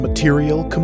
Material